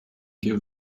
give